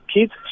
kids